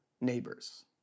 neighbors